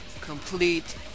Complete